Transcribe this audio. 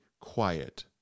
quiet